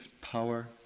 power